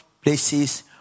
places